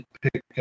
pick